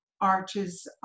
arches